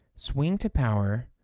swing-to-power,